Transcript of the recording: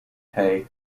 hey